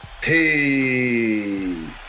Peace